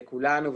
לכולנו,